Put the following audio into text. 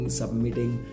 submitting